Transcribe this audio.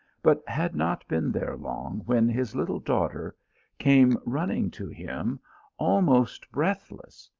but had not been there long when his little daughter came running to him almost breathless.